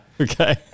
Okay